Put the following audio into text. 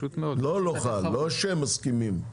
לא לא חל, לא שהם מסכימים.